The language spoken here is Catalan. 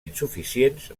insuficients